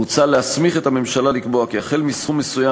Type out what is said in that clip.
מוצע להסמיך את הממשלה לקבוע כי החל בסכום מסוים,